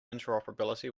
interoperability